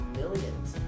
millions